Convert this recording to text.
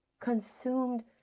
consumed